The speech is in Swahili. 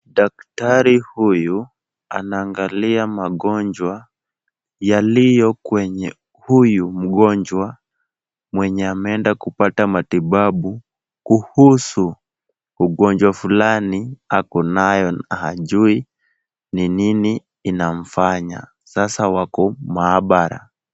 Daktari huyu anaangalia magonjwa yaliyo kwenye huyu mgonjwa, mwenye ameenda kupata matibabu kuhusu ugonjwa fulani ako nayo na hajui ni nini inamfanya, sasa wako maabara.